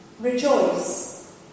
Rejoice